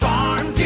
Farm